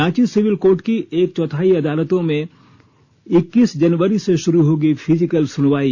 Ranchi civil court की एक चौथाई अदालतों में इक्कीस जनवरी से शुरू होगी फिजिक्ल सुनवाई